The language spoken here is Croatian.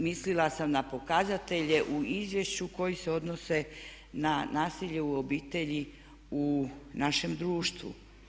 Mislila sam na pokazatelje u izvješću koje se odnose na nasilje u obitelji u našem društvu.